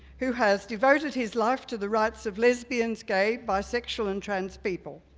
who has devoted his life to the rights of lesbians, gay, bisexual, and trans people.